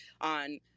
on